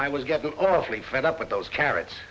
i was getting awfully fed up with those carrots